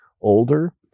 older